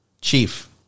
Chief